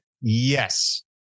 Yes